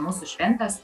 mūsų šventės